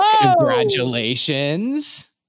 Congratulations